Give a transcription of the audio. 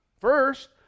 first